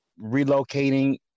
relocating